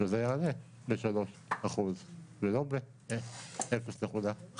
שזה יעלה ב-3% ולא ב-0.5%.